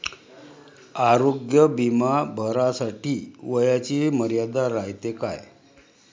आरोग्य बिमा भरासाठी वयाची मर्यादा रायते काय?